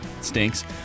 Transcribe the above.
Stinks